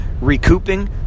recouping